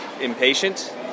impatient